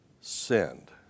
sinned